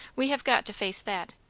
we have got to face that.